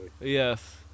yes